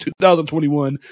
2021